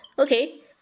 Okay